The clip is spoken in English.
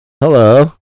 Hello